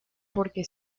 porque